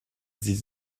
this